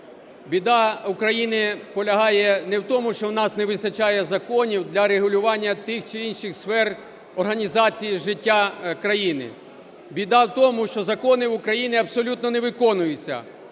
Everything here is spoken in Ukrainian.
Біда України полягає не в тому, що у нас не вистачає законів для регулювання тих чи інших сфер організацій життя країни. Біда в тому, що закони України абсолютно не виконуються,